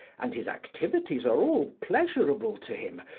and his activities are all pleasurable to him,